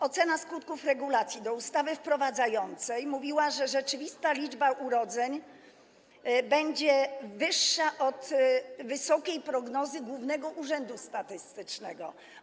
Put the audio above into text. Ocena skutków regulacji do ustawy wprowadzającej mówiła, że rzeczywista liczba urodzeń będzie wyższa od wysokich prognoz Głównego Urzędu Statystycznego.